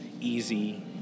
easy